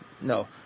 No